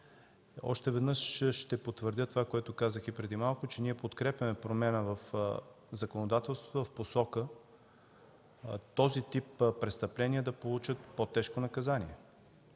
Още веднъж ще потвърдя това, което казах и преди малко, не ние подкрепяме промяна в законодателството в посока този тип престъпления да получат по-тежко наказание.